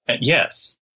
Yes